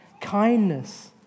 kindness